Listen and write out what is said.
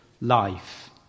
life